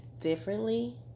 differently